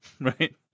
right